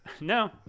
No